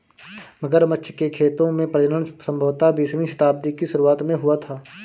मगरमच्छ के खेतों में प्रजनन संभवतः बीसवीं शताब्दी की शुरुआत में शुरू हुआ था